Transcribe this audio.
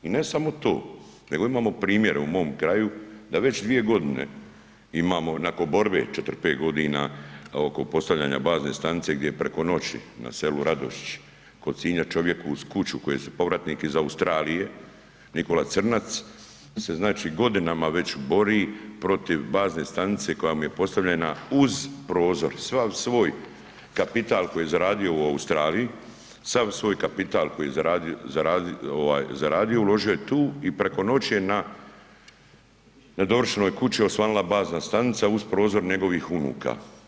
I ne samo to nego imamo primjer u mom kraju da već dvije godine imamo onako borbe 4-5 godina oko postavljanja bazne stanice gdje je preko noći na selu Radošići kod Sinja čovjeku uz kuću koji je povratnik iz Australije Nikola Crnac se znači godinama već bori protiv bazne stanice koja mu je postavljena uz prozor, sav svoj kapital koji je zaradio u Australiji, sav svoj kapital koji je zaradio ovaj zaradio, uložio je tu i preko noći je na nedovršenoj kući osvanula bazna stanica uz prozor njegovih unuka.